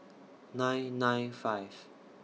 nine nine five